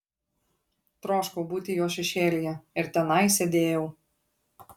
troškau būti jo šešėlyje ir tenai sėdėjau